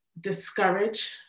discourage